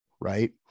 right